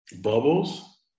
Bubbles